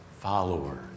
follower